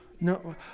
No